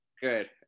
Good